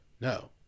no